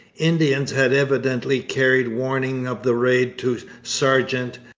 indians had evidently carried warning of the raid to sargeant,